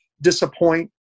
disappoint